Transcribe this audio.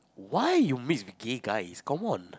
why you miss the gay guy come on